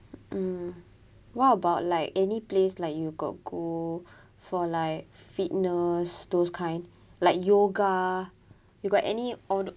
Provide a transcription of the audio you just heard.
mm what about like any place like you got go for like fitness those kind like yoga you got any outdoor